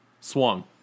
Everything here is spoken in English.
swung